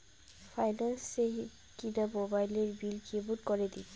Finance এ কিনা মোবাইলের বিল কেমন করে দিবো?